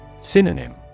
Synonym